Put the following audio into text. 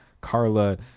Carla